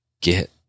get